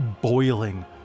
boiling